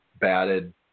batted